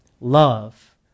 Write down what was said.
Love